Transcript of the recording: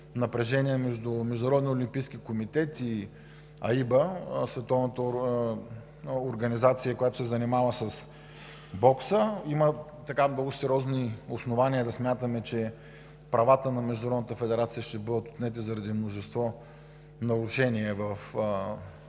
Международния олимпийски комитет и АИБА – световната организация, която се занимава с бокса. Има много сериозни основания да смятаме, че правата на Международната федерация ще бъдат отнети заради множество нарушения във